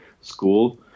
School